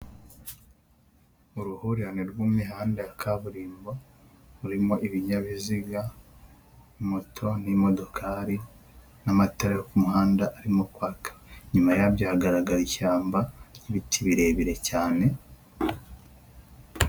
Uruhurirane rw'imihanda ya kaburimbo, rurimo ibinyabiziga moto n'imodokari n'amatara yo kumuhanda arimo kwaka, inyuma yabyo hagaragara ishyamba n'ibiti birebire cyane.